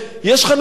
אין קונים,